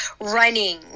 running